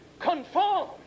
Conform